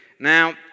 Now